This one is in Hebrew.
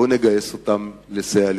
בואו נגייס אותם לסייע לקשישים.